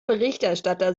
berichterstatter